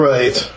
Right